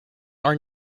are